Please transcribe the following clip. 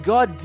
God